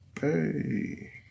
Hey